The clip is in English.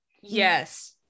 Yes